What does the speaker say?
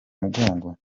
mugongo